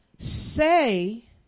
Say